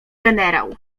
generał